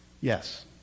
Yes